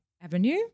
Avenue